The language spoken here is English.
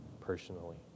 personally